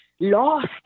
lost